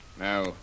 Now